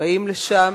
ובאים לשם,